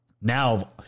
Now